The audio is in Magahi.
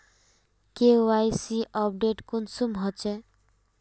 के.वाई.सी अपडेट कुंसम होचे?